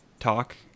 talk